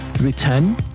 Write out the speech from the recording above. return